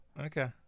Okay